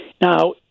Now